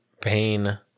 pain